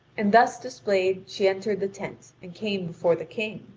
and thus displayed she entered the tent and came before the king,